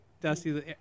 Dusty